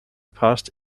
past